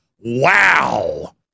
Wow